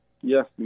Yes